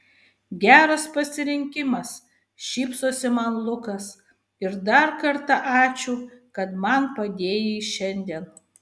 geras pasirinkimas šypsosi man lukas ir dar kartą ačiū kad man padėjai šiandien